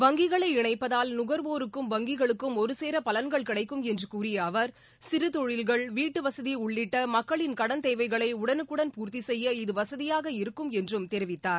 வங்கிகளை இணைப்பதால் நுகர்வோருக்கும் வங்கிகளுக்கும் ஒருசேர பலன்கள் கிடடக்கும் என்று சுறிய அவர் சிறதொழில்கள் வீட்டுவசதி உள்ளிட்ட மக்களின் கடன் தேவைகளை உடனுக்குடன் பூர்த்தி செய்ய இது வசதியாக இருக்கும் என்றும் தெரிவித்தார்